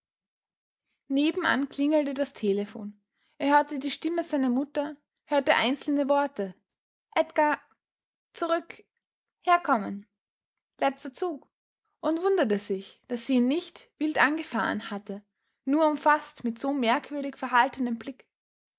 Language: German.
nebenan klingelte das telephon er hörte die stimme seiner mutter hörte einzelne worte edgar zurück herkommen letzter zug und wunderte sich daß sie ihn nicht wild angefahren hatte nur umfaßt mit so merkwürdig verhaltenem blick